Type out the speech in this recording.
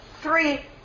three